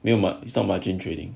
没有 it's not margin trading